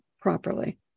properly